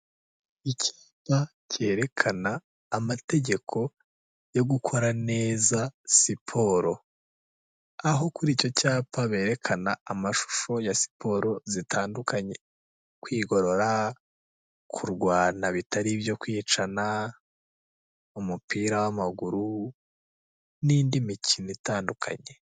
Icyapa cyerekana amategeko yo gukora neza siporo, aho kuri icyo cyapa berekana amashusho ya siporo zitandukanye, kwigorora, kurwana bitari ibyo kwicana, umupira w'amaguru n'indi mikino itandukanye.